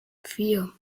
vier